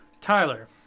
Tyler